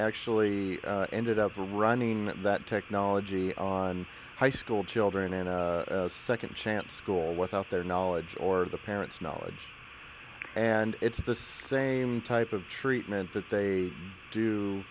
actually ended up running that technology on high school children in a second chance for without their knowledge or the parents knowledge and it's the same type of treatment that they do